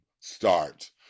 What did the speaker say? start